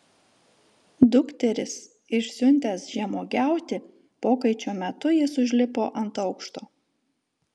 dukteris išsiuntęs žemuogiauti pokaičio metu jis užlipo ant aukšto